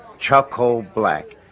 charcoal black.